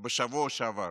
בשבוע שעבר